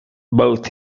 both